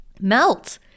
melt